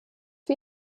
wie